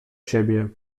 siebie